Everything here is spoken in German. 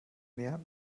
mehr